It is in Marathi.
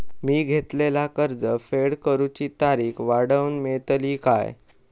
मी घेतलाला कर्ज फेड करूची तारिक वाढवन मेलतली काय?